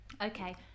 Okay